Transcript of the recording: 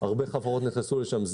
הרבה חברות נכנסו לשם,